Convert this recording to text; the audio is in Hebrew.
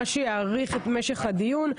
מה שיאריך את משך הדיון,